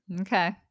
Okay